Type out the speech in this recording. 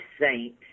saint